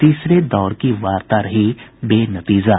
तीसरे दौर की वार्ता रही बेनतीजा